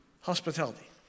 hospitality